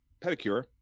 pedicure